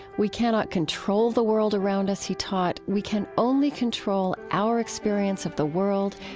we cannot control the world around us, he taught. we can only control our experience of the world,